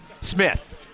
Smith